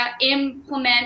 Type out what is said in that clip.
implement